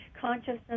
consciousness